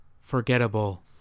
forgettable